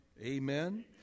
Amen